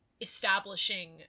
establishing